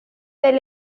del